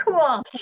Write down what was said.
cool